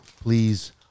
please